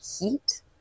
heat